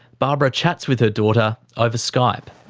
barbara chats with her daughter over skype.